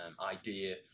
idea